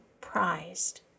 prized